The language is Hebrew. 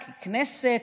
ככנסת,